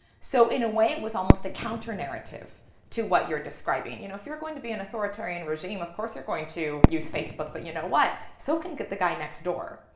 so in a way it was almost a counternarrative to what you're describing. you know, if you're going to be an authoritarian regime, of course you're going to use facebook. but you know what? so can the guy next door.